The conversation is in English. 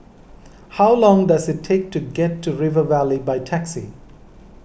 how long does it take to get to River Valley by taxi